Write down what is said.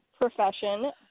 profession